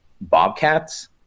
bobcats